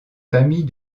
famille